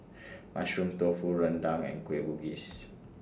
Mushroom Tofu Rendang and Kueh Bugis